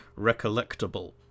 recollectable